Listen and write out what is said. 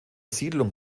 siedlung